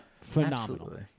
Phenomenal